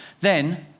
then,